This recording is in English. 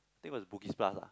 think was Bugis-Plus ah